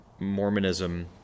Mormonism